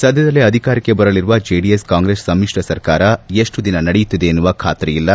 ಸದ್ಯದಲ್ಲೇ ಅಧಿಕಾರಕ್ಷೆ ಬರಲಿರುವ ಜೆಡಿಎಸ್ ಕಾಂಗ್ಲೆಸ್ ಸಮಿಶ್ರ ಸರ್ಕಾರ ಎಷ್ಟು ದಿನ ನಡೆಯುತ್ತದೆ ಎನ್ನುವ ಖಾತರಿ ಇಲ್ಲ